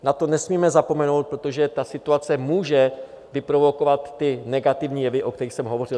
Na to nesmíme zapomenout, protože situace může vyprovokovat negativní jevy, o kterých jsem hovořil.